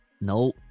no